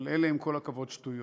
אבל אלה, עם כל הכבוד, שטויות.